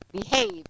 behave